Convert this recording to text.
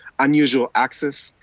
unusual access,